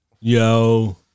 Yo